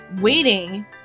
waiting